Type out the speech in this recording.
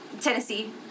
Tennessee